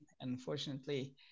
Unfortunately